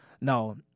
No